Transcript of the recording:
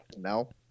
No